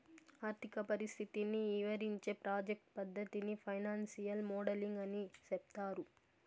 ఆర్థిక పరిస్థితిని ఇవరించే ప్రాజెక్ట్ పద్దతిని ఫైనాన్సియల్ మోడలింగ్ అని సెప్తారు